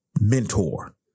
mentor